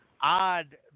odd